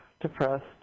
depressed